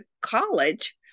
college